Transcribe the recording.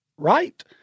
right